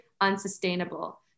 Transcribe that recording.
unsustainable